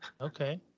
Okay